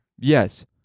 Yes